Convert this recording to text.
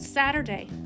Saturday